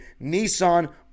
Nissan